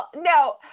no